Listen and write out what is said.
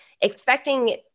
expecting